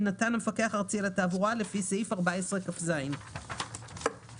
שנתן המפקח הארצי על התעבורה לפי סעיף 14כז; "הוועדה